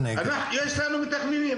יש לנו מתכננים,